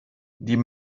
die